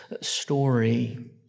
story